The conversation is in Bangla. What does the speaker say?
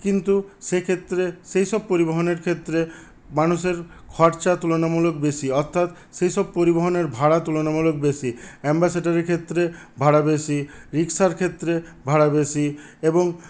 কিন্তু সেক্ষেত্রে সেইসব পরিবহনের ক্ষেত্রে মানুষের খরচা তুলনামূলক বেশী অর্থাৎ সেইসব পরিবহনের ভাড়া তুলনামূলক বেশী অ্যাম্বাসেডারের ক্ষেত্রে ভাড়া বেশী রিক্সার ক্ষেত্রে ভাড়া বেশী এবং